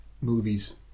movies